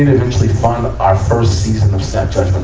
eventually fund our first season of snap judgment.